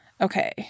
Okay